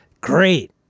Great